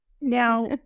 Now